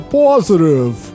positive